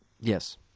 Yes